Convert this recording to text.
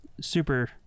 super